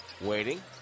Waiting